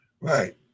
Right